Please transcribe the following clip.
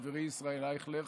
חברי ישראל אייכלר,